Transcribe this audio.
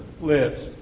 lives